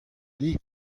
dit